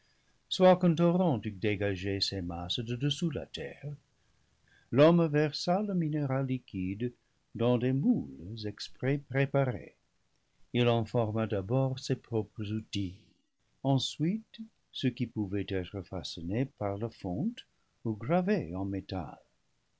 terre l'homme versa le minéral liquide dans des moules exprès préparés il en forma d'abord ses propres outils ensuite ce qui pouvait être façonné par la fonte ou gravé en métal